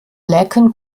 laeken